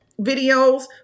videos